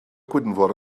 gwynfor